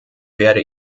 werde